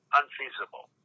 unfeasible